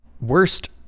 worst